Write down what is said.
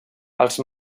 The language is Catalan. els